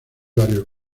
varios